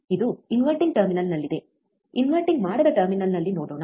ಇದು ಇನ್ವರ್ಟಿಂಗ್ ಟರ್ಮಿನಲ್ನಲ್ಲಿದೆ ಇನ್ವರ್ಟಿಂಗ್ ಮಾಡದ ಟರ್ಮಿನಲ್ನಲ್ಲಿ ನೋಡೋಣ